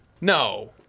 No